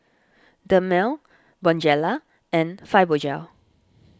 Dermale Bonjela and Fibogel